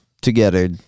together